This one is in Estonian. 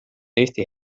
eesti